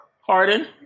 Harden